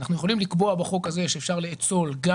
אנחנו יכולים לקבוע בחוק הזה שאפשר לאצול גם